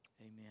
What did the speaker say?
amen